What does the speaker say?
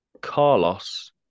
Carlos